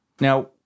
Now